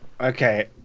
Okay